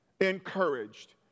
Encouraged